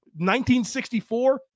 1964